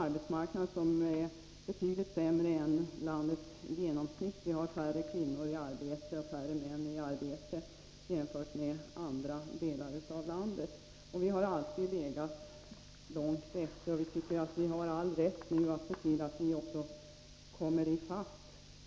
Arbetsmarknaden är betydligt sämre än vad som motsvarar landets genomsnitt. Västerbotten har färre kvinnor och män i arbete än andra delar av landet. Vi har alltid legat långt efter och tycker att vi har all rätt att nu få komma i fatt.